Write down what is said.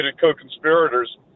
co-conspirators